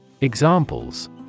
Examples